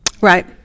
right